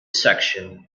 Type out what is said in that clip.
section